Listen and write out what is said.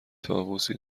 طاووسی